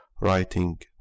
writing